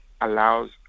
allows